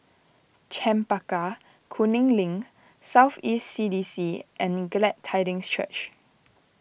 Chempaka Kuning Link South East C D C and Glad Tidings Church